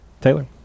Taylor